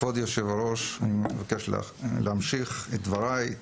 כבוד היו"ר, אני מבקש להמשיך את דבריי.